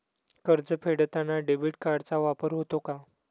कर्ज फेडताना डेबिट कार्डचा वापर होतो का?